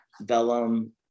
vellum